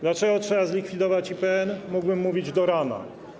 Dlaczego trzeba zlikwidować IPN, mógłbym mówić do rana.